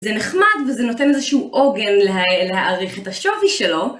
זה נחמד וזה נותן איזשהו עוגן להעריך את השווי שלו.